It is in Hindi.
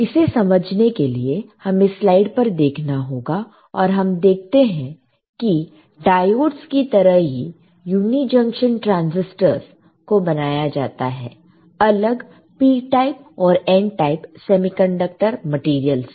इसे समझने के लिए हमें स्लाइड पर देखना होगा और हम देख सकते हैं कि डायोडस की तरह ही यूनी जंक्शन ट्रांसिस्टरस को बनाया जाता है अलग P टाइप और N टाइप सेमीकंडक्टर मटिरीअलस से